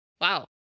wow